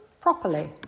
properly